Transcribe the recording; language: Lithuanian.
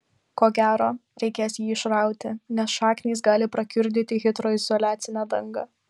ko gero reikės jį išrauti nes šaknys gali prakiurdyti hidroizoliacinę dangą